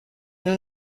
nous